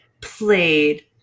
played